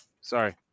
Sorry